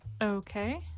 okay